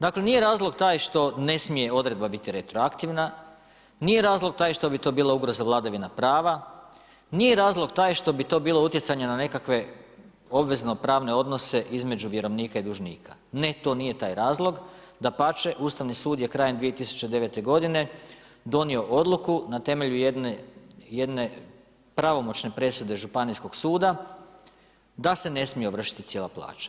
Dakle nije razlog taj što ne smije odredba biti retroaktivna, nije razlog taj što bi to bila ugroza vladavina prava, nije razlog taj što bi to bilo utjecanje na nekakve obvezno pravne odnose između vjerovnika i dužnika, ne to nije taj razlog, dapače Ustavni sud je krajem 2009. godine donio odluku na temelju jedne pravomoćne presude županijskog suda da se ne smije ovršiti cijela plaća.